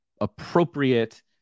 appropriate